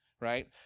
right